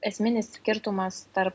esminis skirtumas tarp